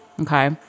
Okay